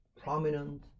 prominent